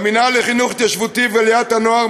למינהל לחינוך התיישבותי ולעליית הנוער